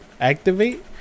activate